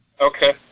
okay